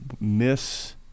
miss